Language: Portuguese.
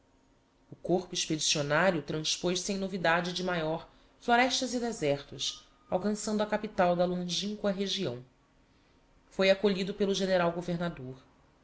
o corpo expedicionario transpôz sem novidade de maior florestas e desertos alcançando a capital da longinqua região foi acolhido pelo